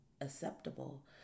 acceptable